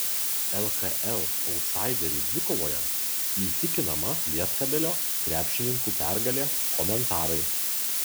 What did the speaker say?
lkl autsaiderių dvikovoje įtikinama lietkabelio krepšininkų pergalė komentarai